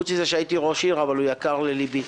חוץ מזה שהייתי ראש עיר, אבל הוא יקר לליבי.